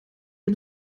dem